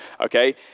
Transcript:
okay